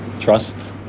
trust